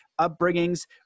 upbringings